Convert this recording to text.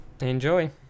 enjoy